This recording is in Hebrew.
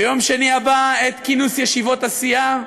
ביום שני הבא, עת כינוס ישיבות הסיעה,